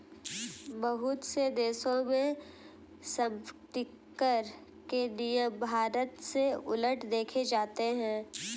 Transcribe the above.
बहुत से देशों में सम्पत्तिकर के नियम भारत से उलट देखे जाते हैं